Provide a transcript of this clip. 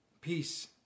Peace